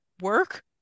work